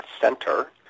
Center